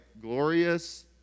glorious